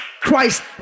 Christ